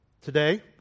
Today